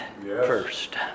first